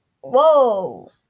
Whoa